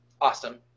awesome